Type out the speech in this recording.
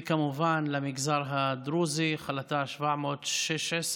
וכמובן למגזר הדרוזי, החלטה 716,